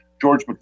George